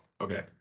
Okay